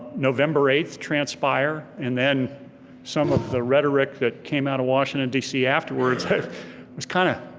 november eighth transpire, and then some of the rhetoric that came out of washington dc afterwards, i was kinda,